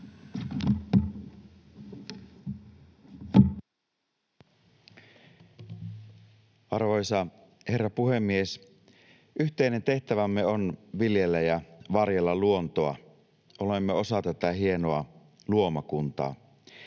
Arvoisa herra puhemies! Yhteinen tehtävämme on viljellä ja varjella luontoa. Olemme osa tätä hienoa luomakuntaa.